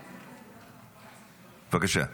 בבקשה.